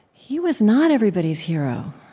he was not everybody's hero.